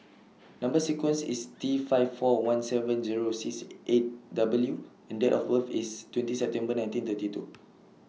Number sequence IS T five four one seven Zero six eight W and Date of birth IS twenty September nineteen thirty two